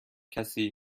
کسی